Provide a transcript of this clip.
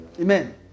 Amen